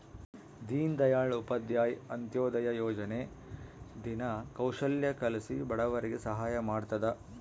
ದೀನ್ ದಯಾಳ್ ಉಪಾಧ್ಯಾಯ ಅಂತ್ಯೋದಯ ಯೋಜನೆ ದಿನ ಕೌಶಲ್ಯ ಕಲ್ಸಿ ಬಡವರಿಗೆ ಸಹಾಯ ಮಾಡ್ತದ